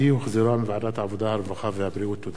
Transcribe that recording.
דיון בוועדת חוקה, חוק ומשפט.